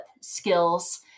skills